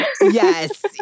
Yes